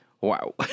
Wow